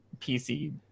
PC